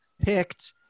picked